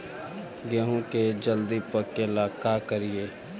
गेहूं के जल्दी पके ल का करियै?